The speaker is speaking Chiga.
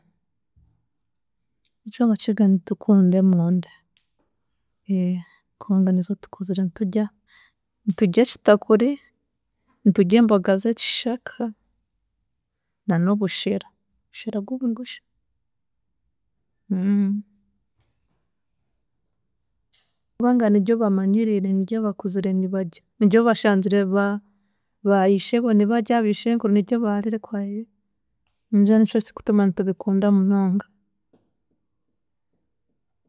Itwe Abakiga nitukunda emondi kubanga nizo tukuzire tudya, nitudya ekitakuri, nitudya emboga z'ekishaka na n'obushera, obushera bw'omugusha, kubanga niryo bamanyiriire niryo bakuzire nibadya, niryo bashangire ba ba ishebo nibadya, bishenkuru niryo bariire kwaye, ningira nikyo kirikutuma nitubikunda munonga.